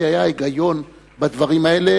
כי היה היגיון בדברים האלה,